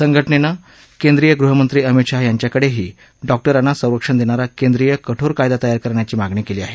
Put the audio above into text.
संघटनेनं केंद्रीय गृहमंत्री अमित शहा यांच्याकडेही डॉक्टरांना संरक्षण देणारा केंद्रीय कठोर कायदा तयार करण्याची मागणी केली आहे